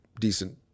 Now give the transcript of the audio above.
decent